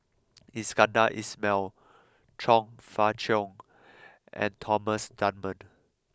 Iskandar Ismail Chong Fah Cheong and Thomas Dunman